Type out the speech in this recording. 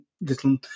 little